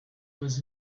was